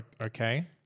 Okay